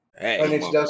Hey